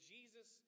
Jesus